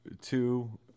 Two